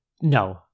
No